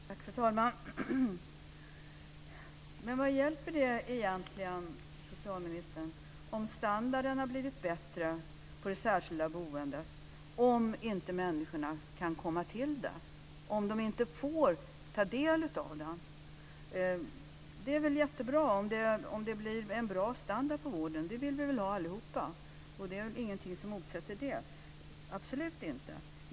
Fru talman! Men vad hjälper det egentligen, socialministern, om standarden på det särskilda boendet har blivit bättre om inte människorna kan komma till det, om de inte får ta del av den? Det är väl jättebra om det blir en bra standard på vården; det vill vi väl alla ha. Det är ingen motsättning i det, absolut inte.